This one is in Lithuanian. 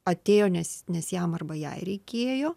atėjo nes nes jam arba jai reikėjo